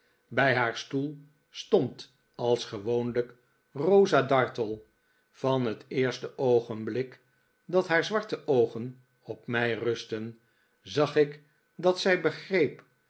bij haar stoel stond als gewoonlijk rosa dartle van het eerste oogenblik dat haar zwarte oogen op mij rustten zag ik dat zij begreep